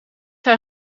hij